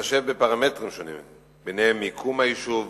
בהתחשב בפרמטרים שונים, ביניהם, מיקום היישוב,